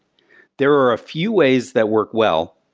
there are a few ways that work well,